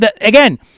again